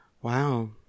Wow